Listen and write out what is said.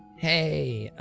hey ah,